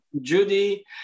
Judy